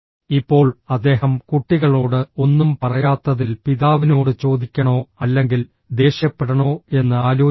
ഇപ്പോൾ അദ്ദേഹം കുട്ടികളോട് ഒന്നും പറയാത്തതിൽ പിതാവിനോട് ചോദിക്കണോ അല്ലെങ്കിൽ ദേഷ്യപ്പെടണോ എന്ന് ആലോചിച്ചു